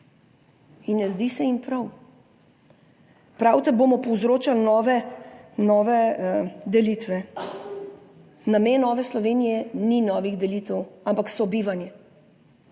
In ne zdi se jim prav. Pravite, bomo povzročali nove delitve. Namen Nove Slovenije niso nove delitve, ampak sobivanje.